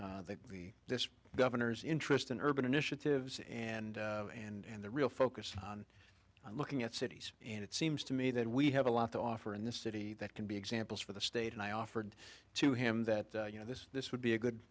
about this governor's interest in urban initiatives and and the real focus on looking at cities and it seems to me that we have a lot to offer in this city that can be examples for the state and i offered to him that you know this this would be a good